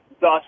thus